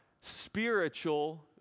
spiritual